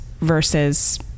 versus